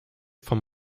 vom